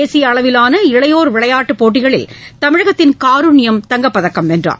தேசிய அளவிலான இளையோர் விளையாட்டுப்போட்டிகளில் தமிழகத்தின் காருண்யம் தங்கப்பதக்கம் வென்றார்